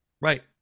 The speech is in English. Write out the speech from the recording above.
Right